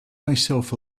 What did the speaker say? myself